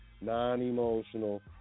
non-emotional